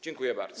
Dziękuję bardzo.